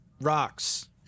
rocks